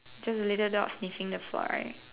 just a little dog sniffing the floor right